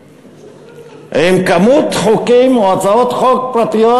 עם כמות חוקים או הצעות חוק פרטיות,